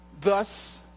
Thus